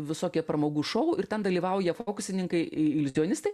visokie pramogų šou ir ten dalyvauja fokusininkai iliuzionistai